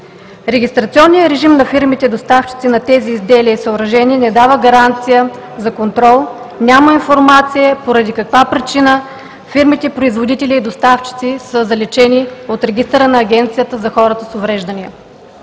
Регистрационният режим на фирмите доставчици на тези изделия и съоръжения не дава гаранция за контрол, няма информация поради каква причина фирмите производители и доставчици са заличени от регистъра на Агенцията за хората с увреждания.